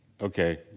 Okay